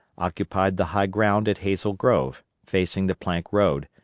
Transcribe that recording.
occupied the high ground at hazel grove, facing the plank road,